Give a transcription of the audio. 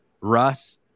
russ